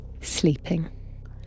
Sleeping